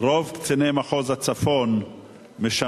רוב קציני מחוז הצפון משמשים,